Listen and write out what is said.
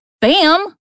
Bam